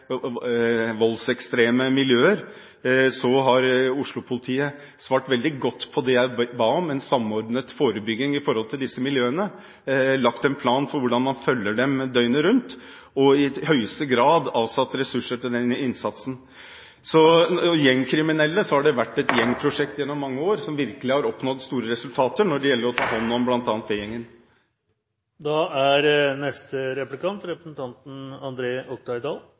voldsekstreme miljøer, har Oslo-politiet svart veldig godt på det jeg ba om, en samordnet forebygging i disse miljøene, og lagt en plan for hvordan man følger dem døgnet rundt, og i høyeste grad avsatt ressurser til denne innsatsen. Når det gjelder gjengkriminelle, har det vært et gjengprosjekt gjennom mange år, som virkelig har oppnådd gode resultater når det gjelder å ta hånd om bl.a. B-gjengen. Jeg synes det var en svært god replikk fra representanten Kielland Asmyhr, for det er